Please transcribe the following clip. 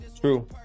True